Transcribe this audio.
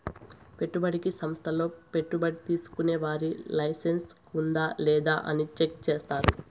పెట్టుబడికి సంస్థల్లో పెట్టుబడి తీసుకునే వారికి లైసెన్స్ ఉందా లేదా అని చెక్ చేస్తారు